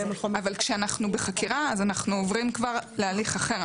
אבל כשאנחנו בחקירה, אנחנו עוברים כבר להליך אחר.